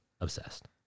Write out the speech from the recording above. Obsessed